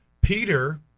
Peter